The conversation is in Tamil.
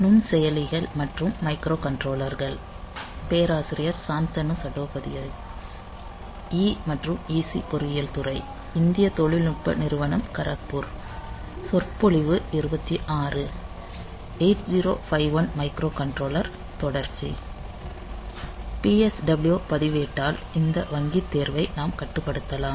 8051 மைக்ரோகண்ட்ரோலர்தொடர்ச்சி PSW பதிவேட்டால் இந்த வங்கி தேர்வை நாம் கட்டுப்படுத்தலாம்